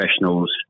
professionals